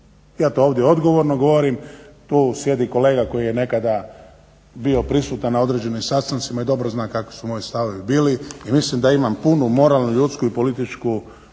Ja to ovdje odgovorno govorim tu sjedi kolega koji je nekada bio prisutan na određenim sastancima i dobro zna kakvi su moji stavovi bili i mislim da imam punu moralnu, ljudsku i političku ovoga